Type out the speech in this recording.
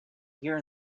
here